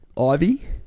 Ivy